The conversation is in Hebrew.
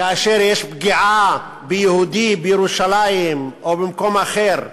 כאשר יש פגיעה ביהודי, בירושלים או במקום אחר,